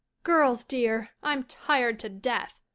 girls, dear, i'm tired to death.